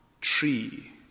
tree